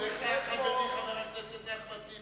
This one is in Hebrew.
חברי חבר הכנסת אחמד טיבי,